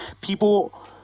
people